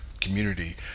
community